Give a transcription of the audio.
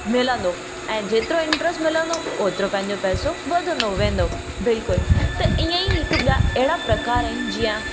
मिलंदो ऐं जेतिरो इंटरस्ट मिलंदो ओतिरो पंहिंजो पैसो वधंदो वेंदो बिल्कुलु त ईअं ई हिकु ॿिया अहिड़ा प्रकार आहिनि जीअं